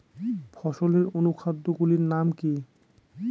ফসলের অনুখাদ্য গুলির নাম কি?